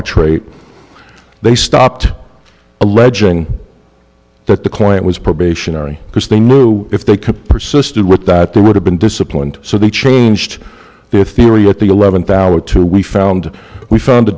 itrate they stopped alleging that the client was probationary because they knew if they persisted with that they would have been disciplined so they changed their theory at the eleventh hour or two we found we found a